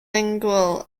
lingual